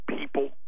people